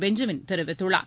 Benjamin தெரிவித்துள்ளார்